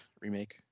remake